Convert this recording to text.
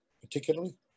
particularly